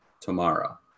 tomorrow